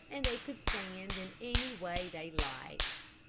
and they could stand in any way they liked.